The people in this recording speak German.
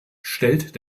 stellt